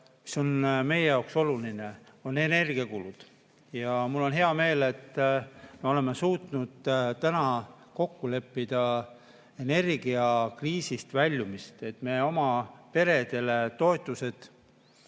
on meie jaoks olulised energiakulud. Mul on hea meel, et me oleme suutnud täna kokku leppida energiakriisist väljumises. Me [maksame] peredele toetusi